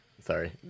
sorry